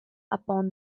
upon